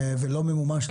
ולא ממומש,